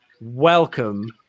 welcome